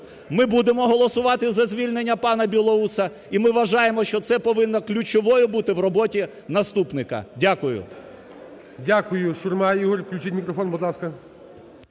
Ми будемо голосувати за звільнення пана Білоуса і ми вважаємо, що це повинно ключовою бути в роботі наступника. Дякую. ГОЛОВУЮЧИЙ. Дякую. Шурма Ігор. Включіть мікрофон, будь ласка.